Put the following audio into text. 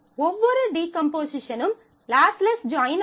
ஒவ்வொரு டீகம்போசிஷனும் lossless join ஆகும்